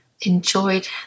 enjoyed